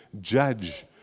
judge